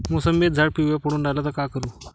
मोसंबीचं झाड पिवळं पडून रायलं त का करू?